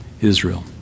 Israel